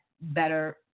better